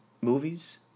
movies